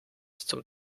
zum